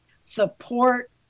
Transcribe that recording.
support